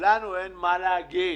לנו אין מה להגיד.